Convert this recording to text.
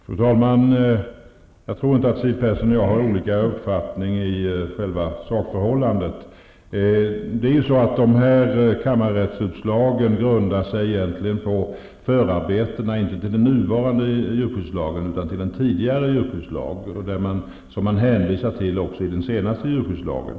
Fru talman! Jag tror inte att Siw Persson och jag har olika uppfattning i själva sakförhållandet. Kammarrättens utslag grundar sig egentligen på förarbetena till den tidigare jordbrukslagen -- inte till den nuvarande jordbrukslagen -- som man hänvisar till i den senaste djurskyddslagen.